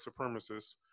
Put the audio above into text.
supremacists